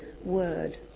word